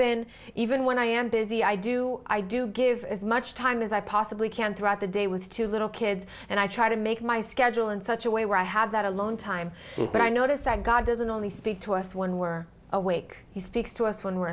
been even when i am busy i do i do give as much time as i possibly can throughout the day with two little kids and i try to make my schedule in such a way where i have that alone time but i notice that god doesn't only speak to us when we're awake he speaks to us when we're